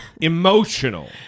Emotional